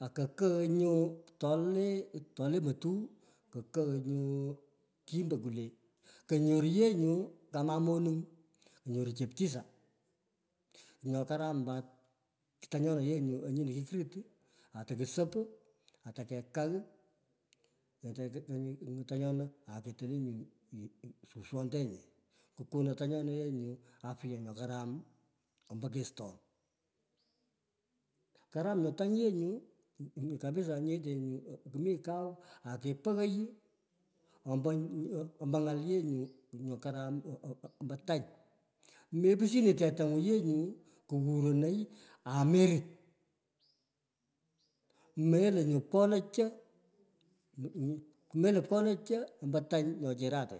Ano kaghoi nyu telee telee amatu. Kakogho nyou kimbo nwulee. Kanyoru yee nyu mening, kenyoru kama cheptisa nyo haram par tanyena yee nyt anyine aa toxusof atekekagh, tanyena caketoni nyou suswertery kukuno tanyon, yee afya nyo kaxamombo kesten. Karam nyu tang yee nyu habisa nyete ngu nyo nyo karam. Pagha, ombe yv. ombo ngol yee comb embo mepushini tetangis yer nyo. Melo nyu phan tany κowuronoi amenst cho melo mela pho cho embe tony nyo chirate